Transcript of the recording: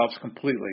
completely